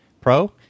Pro